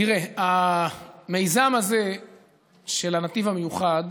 תראה, את המיזם הזה של הנתיב המיוחד